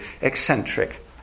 eccentric